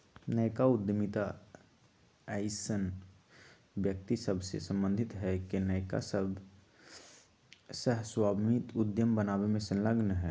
नयका उद्यमिता अइसन्न व्यक्ति सभसे सम्बंधित हइ के नयका सह स्वामित्व उद्यम बनाबे में संलग्न हइ